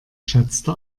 schätzte